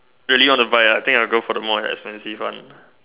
really want to buy A I think I go for the more expensive one